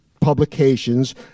publications